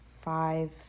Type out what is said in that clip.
five